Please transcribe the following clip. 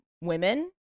women